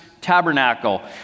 Tabernacle